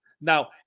Now